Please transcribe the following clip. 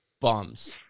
Bums